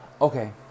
Okay